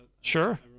Sure